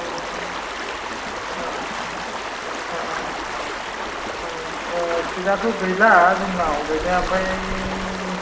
औ औ औ सितआथ' गैला जोंनाव गैनाया ओमफाय